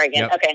Okay